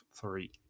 three